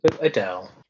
Adele